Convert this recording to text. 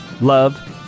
love